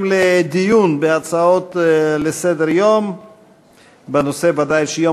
בסוף אקבל שבר ברגל.